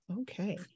Okay